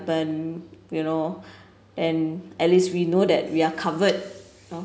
happen you know then at least we know that we are covered